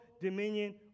dominion